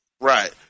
Right